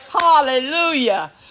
Hallelujah